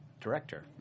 director